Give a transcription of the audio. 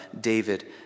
David